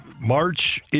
March